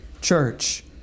church